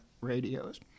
radios